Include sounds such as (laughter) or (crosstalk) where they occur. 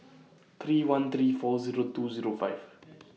three one three four Zero two Zero five (noise)